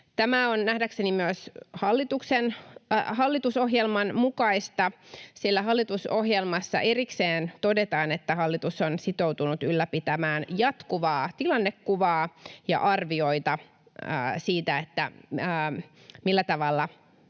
Tämä on nähdäkseni myös hallitusohjelman mukaista. Hallitusohjelmassa erikseen todetaan, että hallitus on sitoutunut ylläpitämään jatkuvaa tilannekuvaa ja arvioita siitä, millä tavalla